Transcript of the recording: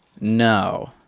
No